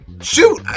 shoot